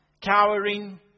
cowering